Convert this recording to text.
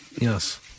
Yes